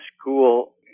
school